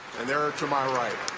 and they are are to my right.